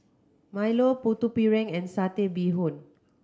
Milo Putu Piring and Satay Bee Hoon